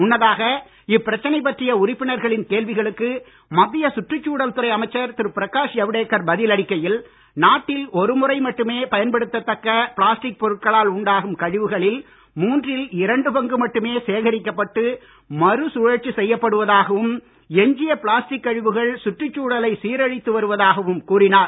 முன்னதாக இப்பிரச்சனை பற்றிய உறுப்பினர்களின் கேள்விகளுக்கு மத்திய சுற்றுச்சூழல் துறை அமைச்சர் திரு பிரகாஷ் ஜவ்டேகர் பதில் அளிக்கையில் நாட்டில் ஒருமுறை மட்டுமே பயன்படுத்த தக்க பிளாஸ்டிக் பொருட்களால் உருவாகும் கழிவுகளில் மூன்றில் இரண்டு பங்கு மட்டுமே சேகரிக்கப்பட்டு மறுசுழற்சி செய்யப்படுவதாகவும் எஞ்சிய பிளாஸ்டிக் கழிவுகள் சுற்றுச்சூழலை சீரழித்து வருவதாகவும் கூறினார்